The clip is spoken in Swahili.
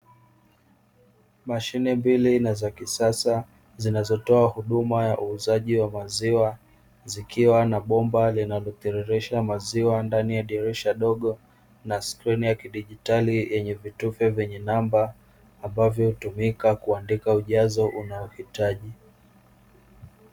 Mashine mbili na za kisasa zinazotoa huduma ya uuzaji wa maziwa. Zikiwa na bomba linalotiririsha maziwa, ndani ya dirisha dogo na skrini ya kidijitali yenye vitufe vyenye namba ambavyo hutumika kuandika ujazo unaohitaji.